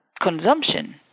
consumption